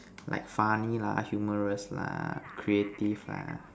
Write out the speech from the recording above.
like funny lah humorous lah creative lah